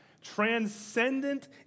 transcendent